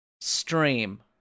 stream